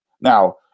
Now